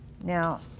Now